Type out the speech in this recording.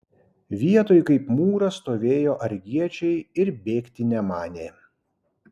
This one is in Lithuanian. vietoj kaip mūras stovėjo argiečiai ir bėgti nemanė